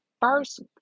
first